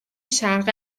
شرق